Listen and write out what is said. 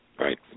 Right